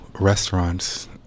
restaurants